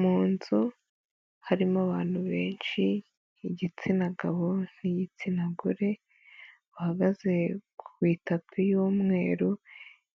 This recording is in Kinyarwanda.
Mu nzu harimo abantu benshi igitsina gabo n'igitsina gore, bahagaze ku itapi y'umweru,